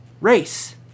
race